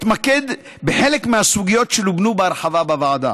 אתמקד בחלק מהסוגיות שלובנו בהרחבה בוועדה: